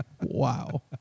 Wow